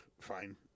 Fine